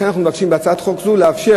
לכן בהצעת חוק זו אנחנו מבקשים לאפשר